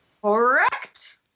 Correct